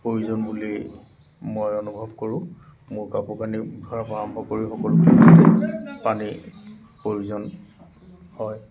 প্ৰয়োজন বুলি মই অনুভৱ কৰোঁ মোৰ কাপোৰ কানি ধোৱাৰ পৰা আৰম্ভ কৰি সকলোতে পানীৰ প্ৰয়োজন হয়